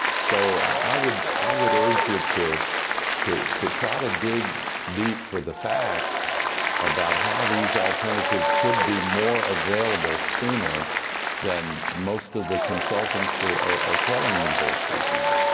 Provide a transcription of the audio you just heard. so i would i would urge you to to try to dig deep for the facts about how these alternatives could be more available sooner than most of the consultants ah are are telling universities now.